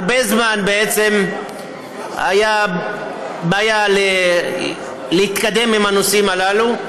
הרבה זמן הייתה בעיה להתקדם עם הנושאים הללו.